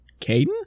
Caden